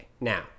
Now